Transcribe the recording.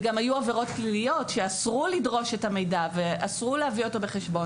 וגם היו עבירות פליליות שאסרו לדרוש את המידע ואסרו להביא אותו בחשבון,